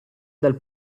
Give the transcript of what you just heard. dal